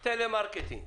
טלמרקטינג,